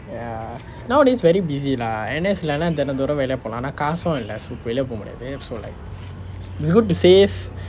ya nowadays very busy lah N_S இல்லேனா தினந்தோறும் வெளியே போலாம் ஆனா காசும் இல்லை:illenaa thinanthorum veliya polaam aanaa kaasum illai so வெளியே போக முடியாது:veliye poka mudiyaathu so like it's good to save